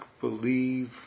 believe